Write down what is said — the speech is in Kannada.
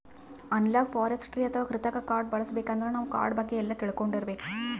ಅನಲಾಗ್ ಫಾರೆಸ್ಟ್ರಿ ಅಥವಾ ಕೃತಕ್ ಕಾಡ್ ಬೆಳಸಬೇಕಂದ್ರ ನಾವ್ ಕಾಡ್ ಬಗ್ಗೆ ಎಲ್ಲಾ ತಿಳ್ಕೊಂಡಿರ್ಬೇಕ್